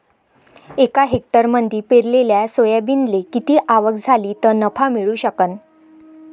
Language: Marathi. एका हेक्टरमंदी पेरलेल्या सोयाबीनले किती आवक झाली तं नफा मिळू शकन?